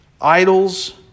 idols